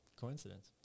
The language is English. Coincidence